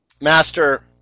Master